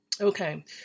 Okay